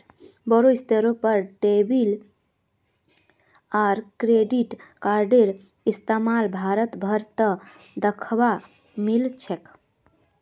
बोरो स्तरेर पर डेबिट आर क्रेडिट कार्डेर इस्तमाल भारत भर त दखवा मिल छेक